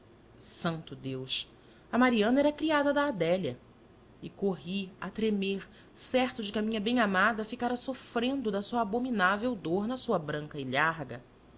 santo deus a mariana era a criada da adélia e corri a tremer certo de que a minha bem amada ficara sofrendo da sua abominável dor na sua branca ilharga